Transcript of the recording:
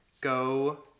go